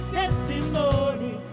testimony